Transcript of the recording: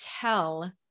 tell